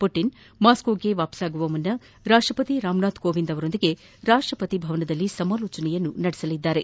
Putin ಮಾಸ್ಕೋಗೆ ಹಿಂದಿರುಗುವ ಮುನ್ನ ರಾಷ್ಟ್ರಪತಿ ರಾಮನಾಥ್ ಕೋವಿಂದ್ ಅವರೊಂದಿಗೆ ರಾಷ್ಟ್ರಪತಿ ಭವನದಲ್ಲಿ ಸಮಾಲೋಚನೆ ನಡೆಸಲಿದ್ದಾರೆ